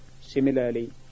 Similarly